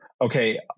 okay